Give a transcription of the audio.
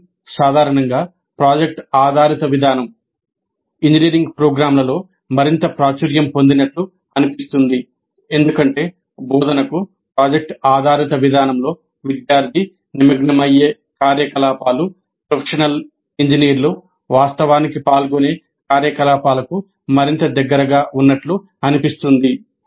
కానీ సాధారణంగా ప్రాజెక్ట్ ఆధారిత విధానం ఇంజనీరింగ్ ప్రోగ్రామ్లలో మరింత ప్రాచుర్యం పొందినట్లు అనిపిస్తుంది ఎందుకంటే బోధనకు ప్రాజెక్ట్ ఆధారిత విధానంలో విద్యార్థి నిమగ్నమయ్యే కార్యకలాపాలు ప్రొఫెషనల్ ఇంజనీర్లు వాస్తవానికి పాల్గొనే కార్యకలాపాలకు మరింత దగ్గరగా ఉన్నట్లు అనిపిస్తుంది